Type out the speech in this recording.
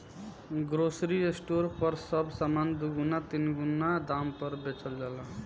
grocery store पर सब सामान दुगुना तीन गुना दाम पर बेचल जाला